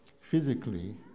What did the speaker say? physically